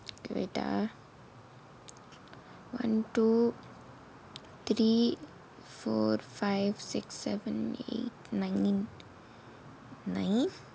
okay wait ah one two three four five six seven eight nine nine